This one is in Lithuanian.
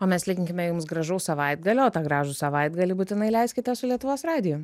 o mes linkime jums gražaus savaitgalio tą gražų savaitgalį būtinai leiskite su lietuvos radiju